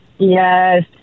Yes